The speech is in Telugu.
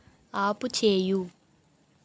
ఆపుచెయ్యు